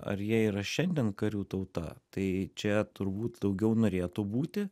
ar jie yra šiandien karių tauta tai čia turbūt daugiau norėtų būti